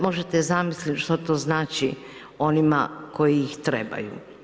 Možete zamisliti što to znači onima koji ih trebaju.